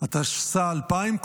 תשס"א 2000,